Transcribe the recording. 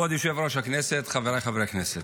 כבוד היושב-ראש, חבריי חברי הכנסת,